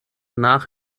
nach